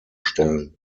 stellen